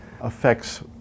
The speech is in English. affects